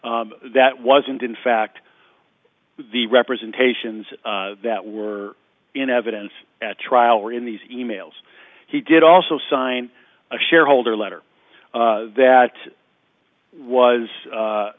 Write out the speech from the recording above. a that wasn't in fact the representations that were in evidence at trial or in these e mails he did also sign a shareholder letter that was